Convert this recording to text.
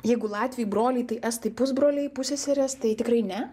jeigu latviai broliai tai estai pusbroliai pusseserės tai tikrai ne